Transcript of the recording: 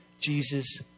Jesus